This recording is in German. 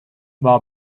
war